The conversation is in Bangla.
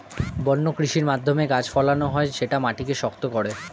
বন্য কৃষির মাধ্যমে গাছ ফলানো হয় যেটা মাটিকে শক্ত করে